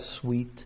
sweet